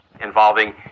involving